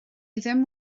ddim